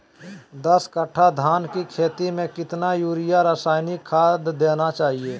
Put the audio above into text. दस कट्टा धान की खेती में कितना यूरिया रासायनिक खाद देना चाहिए?